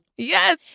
Yes